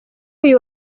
uyu